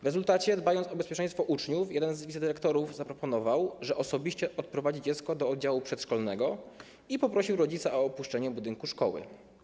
W rezultacie, dbając o bezpieczeństwo uczniów, jeden z wicedyrektorów zaproponował, że osobiście odprowadzi dziecko do oddziału przedszkolnego i poprosił rodzica o opuszczenie budynku szkoły.